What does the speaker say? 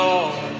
Lord